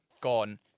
gone